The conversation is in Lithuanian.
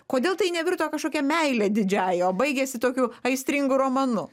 kodėl tai nevirto kažkokia meile didžiaja o baigėsi tokiu aistringu romanu